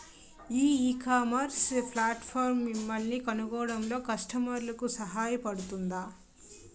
ఈ ecommerce platform మిమ్మల్ని కనుగొనడంలో కస్టమర్లకు సహాయపడుతుందా?